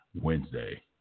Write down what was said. Wednesday